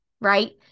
Right